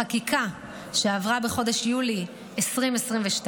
בחקיקה שעברה בחודש יולי 2022,